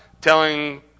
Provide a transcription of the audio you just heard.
telling